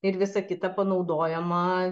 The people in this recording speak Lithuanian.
ir visa kita panaudojama